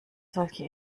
solche